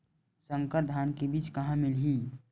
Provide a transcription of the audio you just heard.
संकर धान के बीज कहां मिलही?